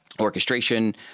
orchestration